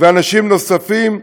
ואנשים נוספים,